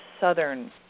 southern